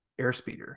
Airspeeder